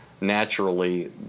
naturally